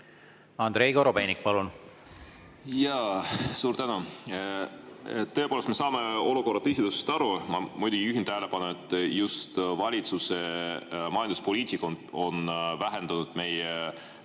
Andrei Korobeinik, palun! Suur tänu! Tõepoolest, me saame olukorra tõsidusest aru. Ma muidugi juhin tähelepanu, et just valitsuse majanduspoliitika on vähendanud meie